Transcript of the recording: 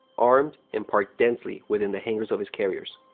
armed, and parked densely within the hangars of his carriers.